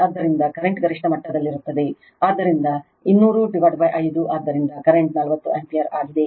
ಆದ್ದರಿಂದ ಕರೆಂಟ್ ಗರಿಷ್ಠ ಮಟ್ಟದಲ್ಲಿರುತ್ತದೆ ಆದ್ದರಿಂದ 2005 ಆದ್ದರಿಂದ ಕರೆಂಟ್ 40 ಆಂಪಿಯರ್ ಆಗಿದೆ